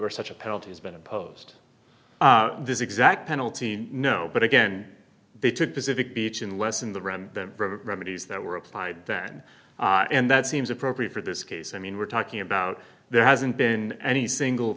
are such a penalty has been imposed this exact penalty no but again they took pacific beach in less in the room than remedies that were applied then and that seems appropriate for this case i mean we're talking about there hasn't been any single